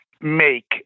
make